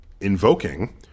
invoking